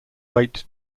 wait